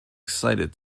excited